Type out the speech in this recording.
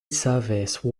service